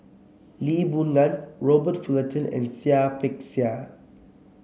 Lee Boon Ngan Robert Fullerton and Seah Peck Seah